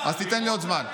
מה מחאה?